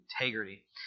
integrity